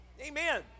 Amen